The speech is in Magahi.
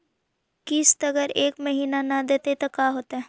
किस्त अगर एक महीना न देबै त का होतै?